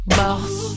Boss